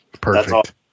Perfect